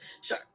Sure